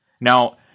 Now